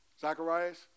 Zacharias